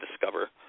discover